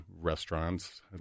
restaurants